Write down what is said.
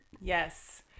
Yes